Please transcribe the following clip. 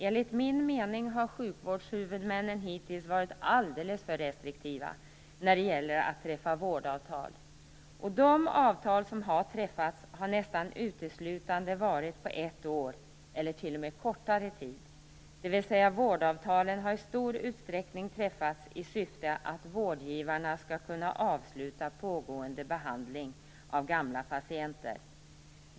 Enligt min mening har sjukvårdshuvudmännen hittills varit alldeles för restriktiva när det gäller att träffa vårdavtal. De avtal som har träffats har nästan uteslutande varit på ett år eller t.o.m. kortare tid. Vårdavtalen har alltså i stor utsträckning träffats för att vårdgivarna skall kunna avsluta pågående behandling av gamla patienter.